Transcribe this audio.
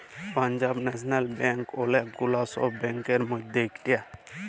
Punjab national bank ওলেক গুলা সব ব্যাংকের মধ্যে ইকটা